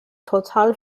total